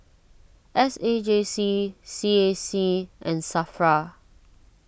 S A J C C A C and Safra